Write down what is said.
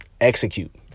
execute